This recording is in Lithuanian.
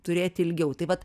turėti ilgiau taip vat